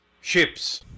Ships